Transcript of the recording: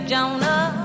Jonah